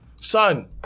Son